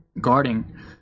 guarding